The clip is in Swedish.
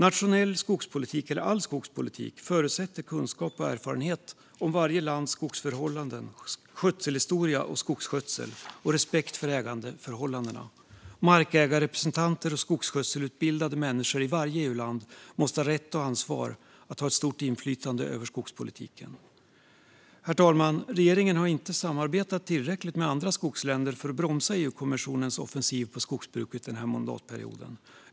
Nationell skogspolitik - all skogspolitik - förutsätter kunskap och erfarenhet om varje lands skogsförhållanden, skötselhistoria och skogsskötsel och respekt för ägandeförhållandena. Markägarrepresentanter och skogsskötselutbildade människor i varje EU-land måste ha rätt och ansvar att ha ett stort inflytande över skogspolitiken. Herr talman! Regeringen har inte samarbetat tillräckligt med andra skogsländer för att bromsa EU-kommissionens offensiv mot skogsbruket den här mandatperioden.